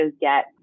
get